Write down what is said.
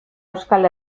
euskal